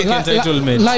entitlement